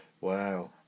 Wow